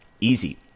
Easy